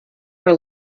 her